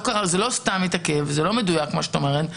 זה לא סתם התעכב, וזה לא מדויק מה שאת אומרת.